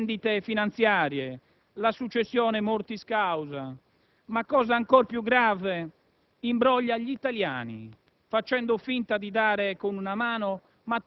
della legge finanziaria traspare, infatti, in modo chiaro e inequivocabile, la volontà di questo Governo di tassare tutto e tutti.